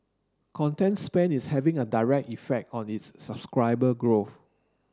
content spend is having a direct effect on its subscriber growth